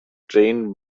trained